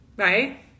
Right